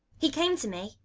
he came to me.